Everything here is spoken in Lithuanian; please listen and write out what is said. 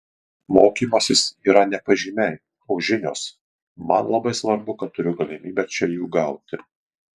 mokymasis yra ne pažymiai o žinios man labai svarbu kad turiu galimybę čia jų gauti